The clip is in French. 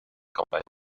campagnes